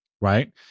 right